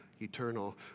eternal